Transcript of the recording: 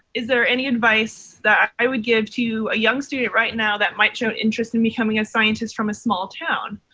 is there any advice that i would give to a young student right now that might show an interest in becoming a scientist from a small town?